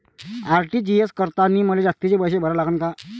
RTGS करतांनी मले जास्तीचे पैसे भरा लागन का?